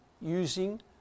using